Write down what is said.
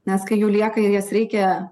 nes kai jų lieka ir jas reikia